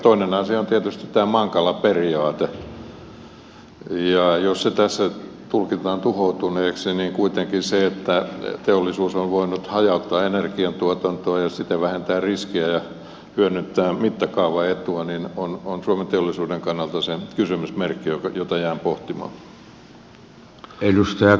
toinen asia on tietysti tämä mankala periaate ja jos se tässä tulkitaan tuhoutuneeksi niin kuitenkin se että teollisuus on voinut hajauttaa energiantuotantoaan ja siten vähentää riskiä ja hyödyntää mittakaavaetua on suomen teollisuuden kannalta se kysymysmerkki jota jään pohtimaan